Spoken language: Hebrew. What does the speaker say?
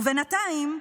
ובינתיים,